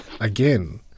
Again